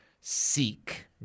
seek